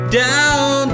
down